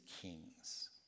kings